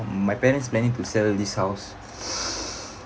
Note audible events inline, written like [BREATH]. my parents planning to sell this house [BREATH]